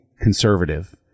conservative